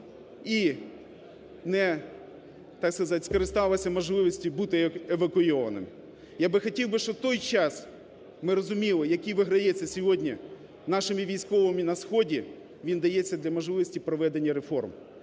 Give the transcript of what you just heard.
скористалися можливістю бути евакуйованим. Я би хотів би, що той час, ми розуміли, який виграється сьогодні нашими військовими на сході, він дається для можливості проведення реформ.